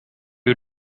you